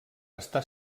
està